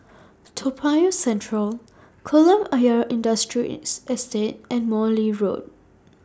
Toa Payoh Central Kolam Ayer Industrial Estate and Morley Road